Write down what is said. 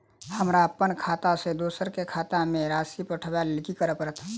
हमरा अप्पन खाता सँ दोसर केँ खाता मे राशि पठेवाक लेल की करऽ पड़त?